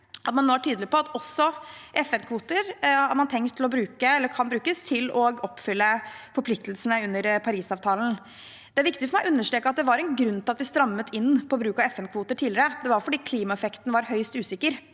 er tenkt brukt – eller kan brukes – til å oppfylle forpliktelsene under Parisavtalen. Det er viktig for meg å understreke at det var en grunn til at vi strammet inn på bruk av FN-kvoter tidligere. Det var fordi klimaeffekten var høyst usikker.